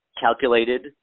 calculated